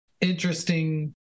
interesting